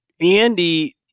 Andy